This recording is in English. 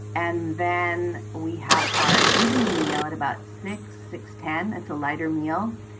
and then we have our evening meal at about six, six, ten. it's a lighter meal.